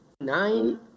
Nine